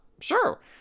sure